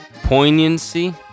Poignancy